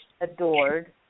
adored